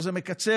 שזה מקצר,